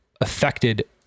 affected